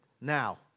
Now